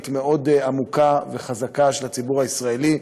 מאוד עמוקה וחזקה של הציבור הישראלי.